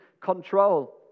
control